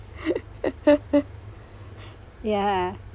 yeah